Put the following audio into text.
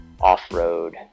off-road